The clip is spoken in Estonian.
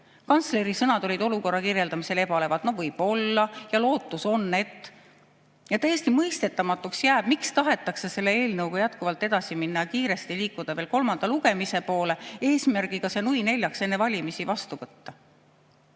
Kantsleri sõnad olid olukorra kirjeldamisel ebalevad: "võib-olla", "lootus on". Täiesti mõistetamatuks jääb, miks tahetakse selle eelnõuga jätkuvalt edasi minna, kiiresti liikuda kolmanda lugemise poole eesmärgiga see nui neljaks enne valimisi vastu võtta.